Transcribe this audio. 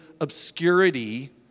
obscurity